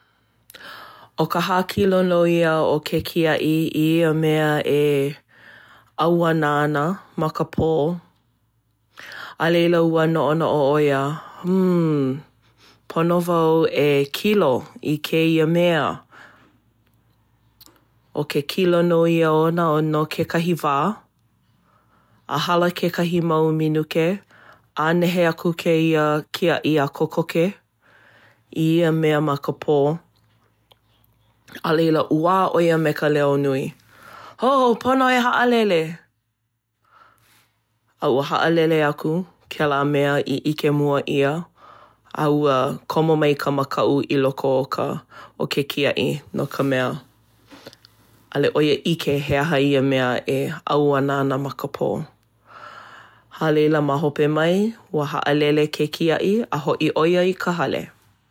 ʻO ka hākilo nō iā o ke kiaʻi i ia mea e ʻauana ana ma ka pō. A laila ua noʻonoʻo ʻo ia…hmm…pono wau e kilo i kēia mea. ʻO ke kilo nō ia ona no kekahi wā. A hala kekahi mau minuke, ʻānehe kēia kiaʻi a kokoke i ia mea ma ka pō. A laila uā ʻo ia me ka leo nui “Hō! Pono e haʻalele!” A ua haʻalele aku kēlā mea i ʻike mua ʻia. A ua komo mai ka makaʻu i loko o ka, o ke kiaʻi. No ka mea ʻaʻole ʻo ia ʻike he aha ia mea e ʻauana ana ma ka pō. A laila, ma hope mai, ua haʻalele ke kiaʻi. A hoʻi ʻo ia i ka hale.